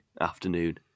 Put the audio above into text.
afternoon